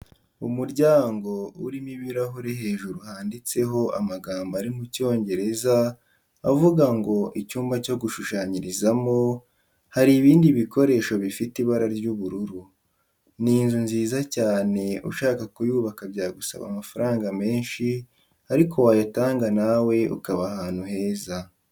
Umuryango urimo ibirahure hejuru handitseho amagambo ari mu Cyongereza avuga ngo icyumba cyo gushushanyirizamo, hari ibindi bikoresho bifite ibara ry'ubururu. Ni inzu nziza cyane ushaka kuyubaka byagusaba amafaranga menshi ariko wayatanga nawe ukaba ahantu heza.